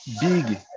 big